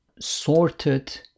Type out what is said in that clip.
sorted